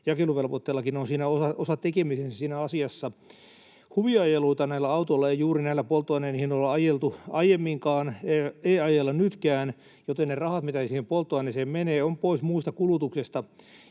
jakeluvelvoitteellakin on osatekemisensä siinä asiassa. Huviajeluita autoilla ei juuri näillä polttoaineen hinnoilla ajeltu aiemminkaan, ei ajella nytkään, joten ne rahat, mitä siihen polttoaineeseen menee, ovat pois muusta kulutuksesta.